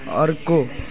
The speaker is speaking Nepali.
अर्को